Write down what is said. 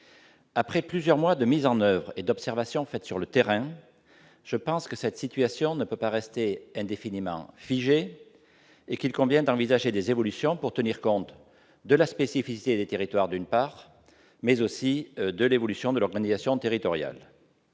Après plusieurs mois de mise en oeuvre et d'observations faites sur le terrain, je pense que cette situation ne peut pas rester figée indéfiniment et qu'il convient d'envisager des évolutions pour tenir compte, d'une part, de la spécificité des territoires et, d'autre part, de l'évolution de l'organisation territoriale.